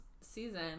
season